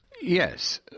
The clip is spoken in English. Yes